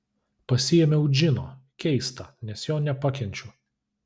pasiėmiau džino keista nes jo nepakenčiu